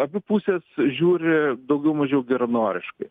abi pusės žiūri daugiau mažiau geranoriškai